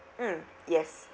mm yes